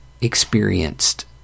experienced